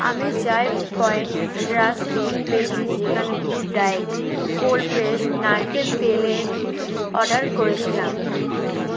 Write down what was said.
আমি চাইভ point rusk cake পেয়েছি যেখানে গুড ডায়েট কোল্ড প্রেসড নারকেল তেলের অর্ডার করেছিলাম